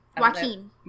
Joaquin